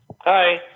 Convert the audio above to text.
Hi